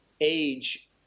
age